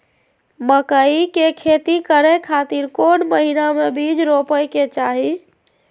मकई के खेती करें खातिर कौन महीना में बीज रोपे के चाही?